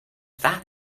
that